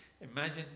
Imagine